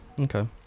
Okay